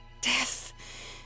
death